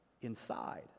inside